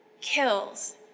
kills